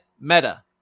Meta